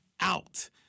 out